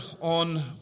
on